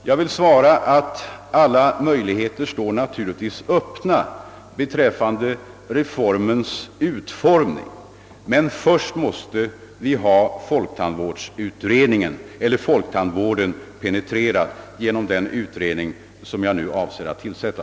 Jag vill svara att alla möjligheter naturligtvis står öppna beträffande reformens utformning, men först måste vi ha folktandvården penetrerad genom den utredning som jag nu avser att tillsätta.